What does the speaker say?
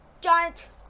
giant